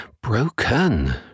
Broken